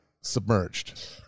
submerged